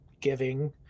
giving